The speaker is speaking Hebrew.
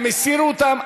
הם הסירו אותן.